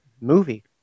movie